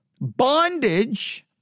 bondage